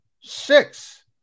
Six